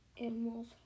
animals